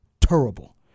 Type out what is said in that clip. terrible